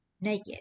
naked